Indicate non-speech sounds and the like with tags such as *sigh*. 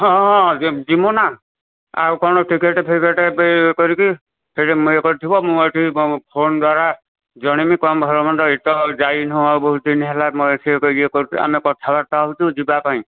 ହଁ ହଁ ଯିବୁ ନା ଆଉ କ'ଣ ଟିକେଟ୍ ଫିକେଟ୍ ଏବେ ଏ କରିକି ସେଠି ମୁଁ ଇଏ କରିଥିବି ମୁଁ ଏଠି ଫୋନ୍ ଦ୍ୱାରା ଜାଣିବି କ'ଣ ଭଲ ମନ୍ଦ ଏଇ ତ ଯାଇନୁ ଆମେ ବହୁତ ଦିନ ହେଲା *unintelligible* କରୁଛୁ ଆମେ କଥାବାର୍ତ୍ତା ହେଉଛୁ ଯିବା ପାଇଁ